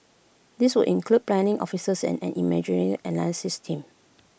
these would include planning officers and an imagery analysis team